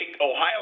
Ohio